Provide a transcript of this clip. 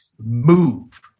move